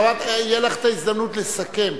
תהיה לך ההזדמנות לסכם.